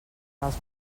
dels